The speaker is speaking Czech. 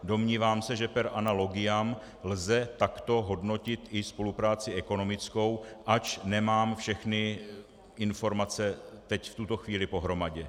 Domnívám se, že per analogiam lze takto hodnotit i spolupráci ekonomickou, ač nemám všechny informace teď v tuto chvíli pohromadě.